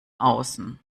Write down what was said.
außen